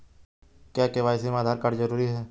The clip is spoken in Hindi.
क्या के.वाई.सी में आधार कार्ड जरूरी है?